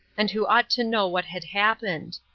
and who ought to know what had happened.